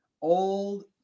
old